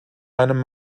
einem